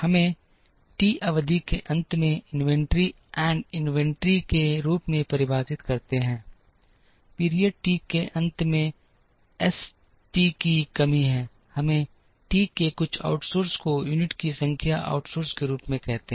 हमें टी अवधि के अंत में इन्वेंट्री एंड इन्वेंट्री के रूप में परिभाषित करते हैं पीरियड टी के अंत में एस टी की कमी है हमें टी के कुछ आउटसोर्स को यूनिट की संख्या आउटसोर्स के रूप में कहते हैं